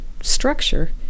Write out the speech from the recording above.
structure